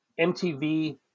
MTV